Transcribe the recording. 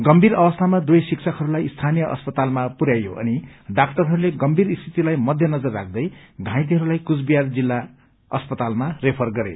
गम्भीर अवस्थामा दुवै शिक्षकहरूलाई स्थानीय अस्पतालमा पुरयाइयो अनि डाक्टरहरूले गम्भीर स्थितिलाई मध्य नजर राख्दै पाइतेहरूलाई कूचविहार जिल्ला अस्पतालमा रेफर गरे